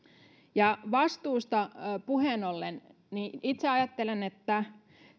ja vastuusta puheen ollen itse ajattelen että